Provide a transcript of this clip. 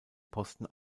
posten